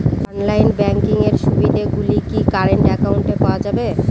Online banking এর সুবিধে গুলি কি কারেন্ট অ্যাকাউন্টে পাওয়া যাবে?